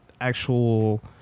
actual